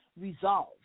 Resolve